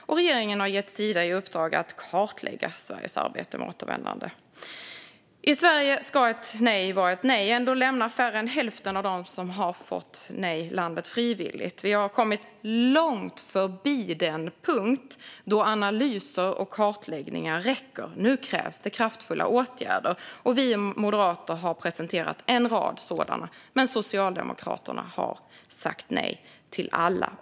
Och regeringen har gett Sida i uppdrag att kartlägga Sveriges arbete med återvändande. I Sverige ska ett nej vara ett nej. Ändå lämnar färre än hälften av dem som har fått ett nej landet frivilligt. Vi har kommit långt förbi den punkt då analyser och kartläggningar räcker. Nu krävs kraftfulla åtgärder. Vi moderater har presenterat en rad förslag på sådana. Men Socialdemokraterna har sagt nej till alla.